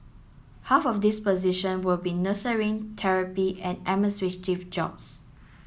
half of these position will be therapy and administrative jobs